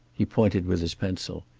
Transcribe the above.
he pointed with his pencil.